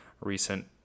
recent